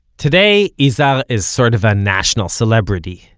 today izhar is sort of a national celebrity.